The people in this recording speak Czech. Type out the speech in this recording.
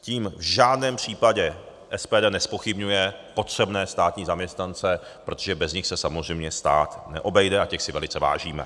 Tím v žádném případě SPD nezpochybňuje potřebné státní zaměstnance, protože bez nich se samozřejmě stát neobejde, a těch si velice vážíme.